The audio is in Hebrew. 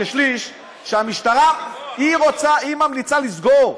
כשליש, שבהם המשטרה ממליצה לסגור.